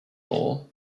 law